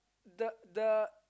the the